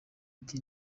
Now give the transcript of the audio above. ati